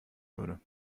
würde